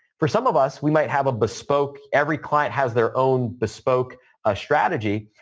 for some of us, we might have a bespoke every client has their own bespoke a strategy.